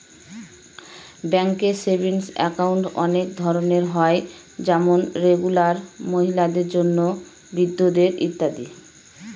ব্যাঙ্কে savings account অনেক ধরনের হয় যেমন রেগুলার, মহিলাদের জন্য, বৃদ্ধদের ইত্যাদি